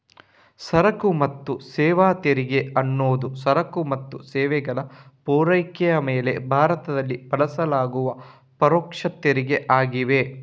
ಸರಕು ಮತ್ತು ಸೇವಾ ತೆರಿಗೆ ಅನ್ನುದು ಸರಕು ಮತ್ತು ಸೇವೆಗಳ ಪೂರೈಕೆಯ ಮೇಲೆ ಭಾರತದಲ್ಲಿ ಬಳಸಲಾಗುವ ಪರೋಕ್ಷ ತೆರಿಗೆ ಆಗಿದೆ